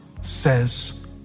says